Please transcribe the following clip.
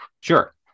Sure